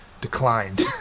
declined